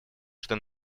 что